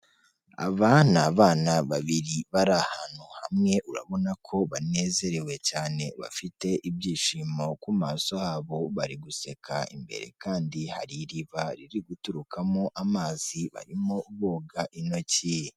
Abana ni abana babiri bari ahantu hamwe urabona ko banezerewe cyane, bafite ibyishimo ku maso habo bari guseka, imbere kandi hari iriba riri guturukamo amazi barimo boga intoki.